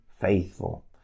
faithful